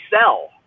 sell